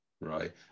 Right